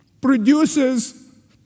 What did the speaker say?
produces